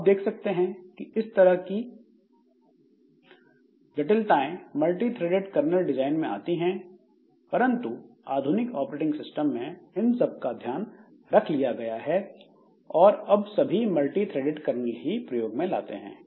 आप देख सकते हैं कि इस तरह की जटिलताएं मल्टीथ्रेडेड कर्नल डिजाइन में आती हैं परंतु आधुनिक ऑपरेटिंग सिस्टम में इन सब का ध्यान रख लिया गया है और अब सभी मल्टीथ्रेडेड कर्नल ही प्रयोग में लाते हैं